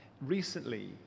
recently